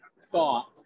thought